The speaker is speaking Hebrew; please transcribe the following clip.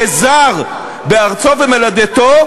כזר בארצו ובמולדתו,